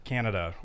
Canada